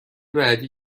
بعدی